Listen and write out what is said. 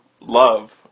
love